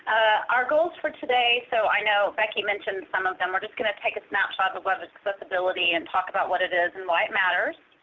our goals for today so i know becky mentioned some of them. we're just going to take a snapshot of web accessibility and talk about what it is, and why it matters.